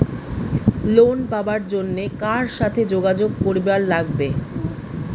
Loan পাবার জন্যে কার সাথে যোগাযোগ করিবার লাগবে?